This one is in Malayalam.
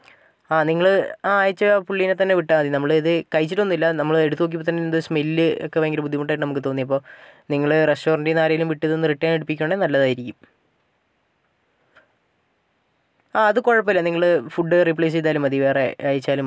ആ നിങ്ങൾ അയച്ച പുള്ളിനെ തന്നെ വിട്ടാൽ മതി നമ്മൾ ഇത് കഴിച്ചിട്ടൊന്നുമില്ല നമ്മൾ എടുത്ത് നോക്കിയപ്പോൾ തന്നെ എന്തോ സ്മെല്ല് ഒക്കെ ഭയങ്കര ബുദ്ധിമുട്ടായിട്ട് നമുക്ക് തോന്നി അപ്പോൾ നിങ്ങൾ റെസ്റ്റോറൻറ്റിൽ നിന്ന് ആരേലും വിട്ട് ഇതൊന്ന് റിട്ടേൺ എടുപ്പിക്കുകയാണെങ്കിൽ നല്ലതായിരിക്കും ആ അത് കുഴപ്പമില്ല നിങ്ങൾ ഫുഡ് റീപ്ലേസ് ചെയ്താലും മതി വേറെ അയച്ചാലും മതി